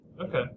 Okay